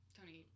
Tony